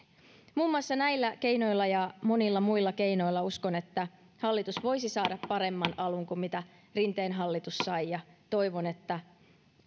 muun muassa näillä ja monilla muilla keinoilla uskon että hallitus voisi saada paremman alun kuin mitä rinteen hallitus sai toivon että